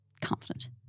confident